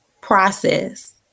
process